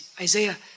Isaiah